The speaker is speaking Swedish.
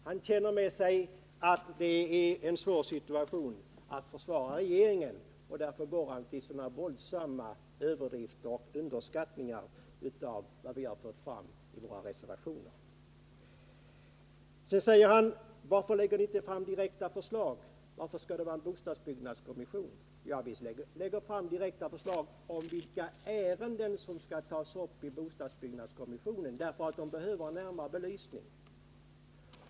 Han känner med sig att det är en svår situation att försvara regeringen, och därför går han till sådana våldsamma överdrifter och gör sådana underskattningar av vad vi fört fram i våra reservationer. Sedan säger Kjell A. Mattsson: Varför lägger ni inte fram direkta förslag? Varför skall det vara en bostadsbyggnadskommission? Ja, vi lägger fram direkta förslag om vilka ärenden som skall tas upp i bostadsbyggnadsdelegationen, därför att de behöver en närmare belysning.